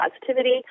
positivity